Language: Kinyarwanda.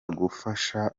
kugufasha